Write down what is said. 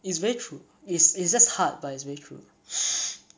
it's very true it's it's just hard but it's very true